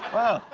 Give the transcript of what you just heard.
wow.